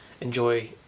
enjoy